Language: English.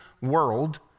world